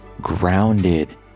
Grounded